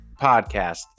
podcast